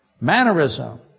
Mannerism